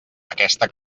aquesta